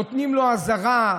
נותנים לו אזהרה,